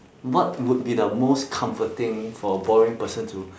what would be the most comforting for a boring person to